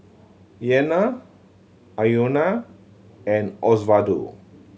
Iyanna Iona and Osvaldo